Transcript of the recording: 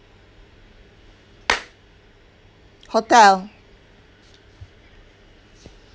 hotel